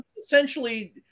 Essentially